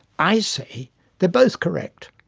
i say they're both correct.